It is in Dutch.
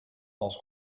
als